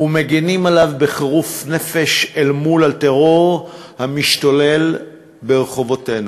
ומגינים עליהם בחירוף נפש אל מול הטרור המשתולל ברחובותינו.